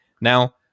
Now